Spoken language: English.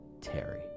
Terry